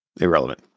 Irrelevant